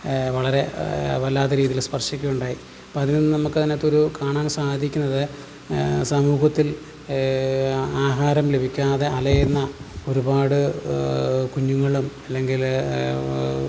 വളരെ വല്ലാത്ത രീതിയിൽ സ്പർശിക്കുകയുണ്ടായി അപ്പോൾ അതിൽനിന്നും നമുക്ക് അതിനകത്തൊരു കാണാൻ സാധിക്കുന്നത് സമൂഹത്തിൽ ആഹാരം ലഭിക്കാതെ അലയുന്ന ഒരുപാട് കുഞ്ഞുങ്ങളും അല്ലെങ്കിൽ